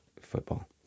football